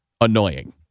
annoying